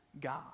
God